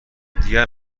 دیگر